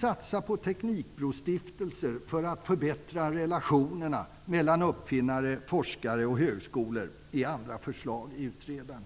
Satsningar på teknikbrostiftelser för att förbättra relationerna mellan uppfinnare, forskare och högskolor är andra förslag i utredningen.